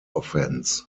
offense